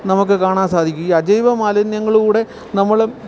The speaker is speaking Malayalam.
നമുക്ക് കാണാൻ സാധിക്കും ഈ അജൈവമാലിന്യങ്ങളുകൂടെ നമ്മള്